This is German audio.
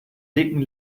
dicken